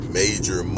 major